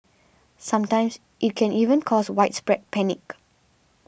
sometimes it can even cause widespread panic